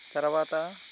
తర్వాత